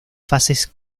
fases